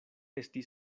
esti